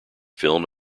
film